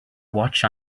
watch